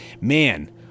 man